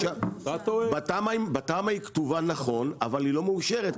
בתמ"א היא כתובה נכון, אבל היא לא מאושרת.